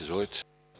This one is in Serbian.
Izvolite.